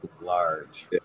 large